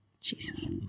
Jesus